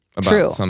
true